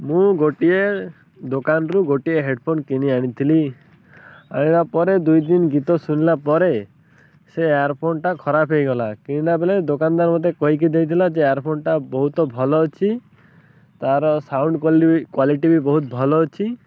ମୁଁ ଗୋଟିଏ ଦୋକାନରୁ ଗୋଟିଏ ହେଡ଼୍ ଫୋନ କିଣି ଆଣିଥିଲି ଆଣିଲା ପରେ ଦୁଇ ଦିନ ଗୀତ ଶୁଣିଲା ପରେ ସେ ଇୟର୍ ଫୋନଟା ଖରାପ ହେଇଗଲା କିଣିଲା ବେଳେ ଦୋକାନଦାର ମୋତେ କହିକି ଦେଇଥିଲା ଯେ ଇୟର୍ ଫୋନଟା ବହୁତ ଭଲ ଅଛି ତା'ର ସାଉଣ୍ଡ କ୍ଵାଲିଟି ବି ବହୁତ ଭଲ ଅଛି